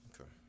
Okay